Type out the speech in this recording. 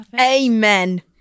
amen